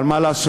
אבל מה לעשות,